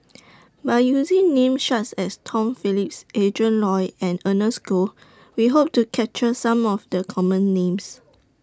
By using Names such as Tom Phillips Adrin Loi and Ernest Goh We Hope to capture Some of The Common Names